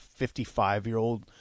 55-year-old